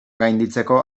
gainditzeko